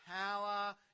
power